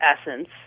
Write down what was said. essence